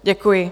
Děkuji.